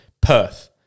perth